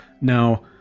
Now